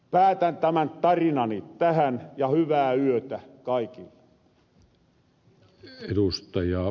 päätän tämän tarinani tähän ja hyvää yötä kaikille